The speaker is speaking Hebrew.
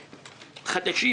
חדשים,